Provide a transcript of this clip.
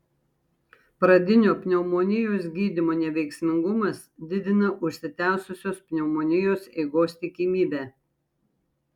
pradinio pneumonijos gydymo neveiksmingumas didina užsitęsusios pneumonijos eigos tikimybę